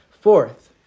Fourth